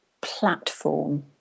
platform